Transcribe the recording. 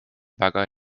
väga